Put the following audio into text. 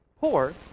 poor